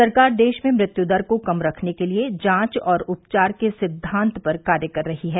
सरकार देश में मृत्यु दर को कम रखने के लिए जांच और उपचार के सिद्वांत पर कार्य कर रही है